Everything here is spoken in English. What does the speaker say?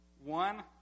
One